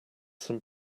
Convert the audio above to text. some